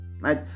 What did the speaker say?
right